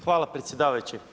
Hvala predsjedavajući.